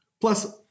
Plus